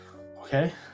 okay